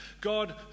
God